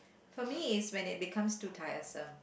for me is when it becomes too tiresome